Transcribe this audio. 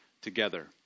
together